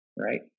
right